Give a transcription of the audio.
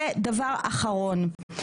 ודבר אחרון,